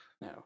No